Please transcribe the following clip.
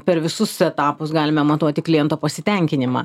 per visus etapus galime matuoti kliento pasitenkinimą